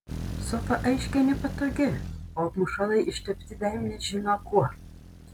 sofa aiškiai nepatogi o apmušalai ištepti velnias žino kuo